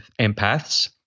empaths